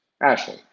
Ashley